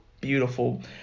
beautiful